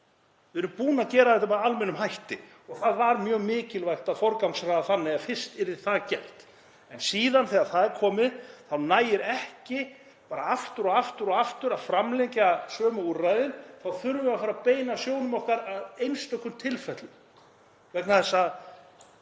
Við erum búin að gera þetta með almennum hætti og það var mjög mikilvægt að forgangsraða þannig að fyrst yrði það gert. En síðan þegar það er komið þá nægir ekki bara aftur og aftur að framlengja sömu úrræðin. Þá þurfum við að fara að beina sjónum okkar að einstökum tilfellum vegna þess að